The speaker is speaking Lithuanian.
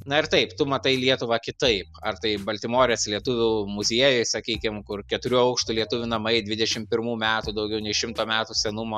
na ir taip tu matai lietuvą kitaip ar tai baltimorės lietuvių muziejus sakykim kur keturių aukštų lietuvių namai dvidešimt pirmų metų daugiau nei šimto metų senumo